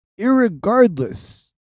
irregardless